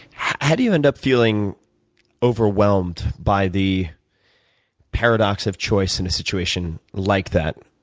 how do you end up feeling overwhelmed by the paradox of choice in a situation like that,